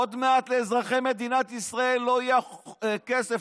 עוד מעט לאזרחי מדינת ישראל לא יהיה כסף,